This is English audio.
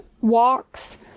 walks